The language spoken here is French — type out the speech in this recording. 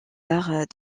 arts